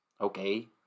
Okay